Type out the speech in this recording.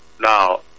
now